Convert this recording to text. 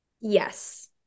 Yes